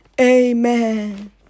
Amen